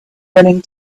running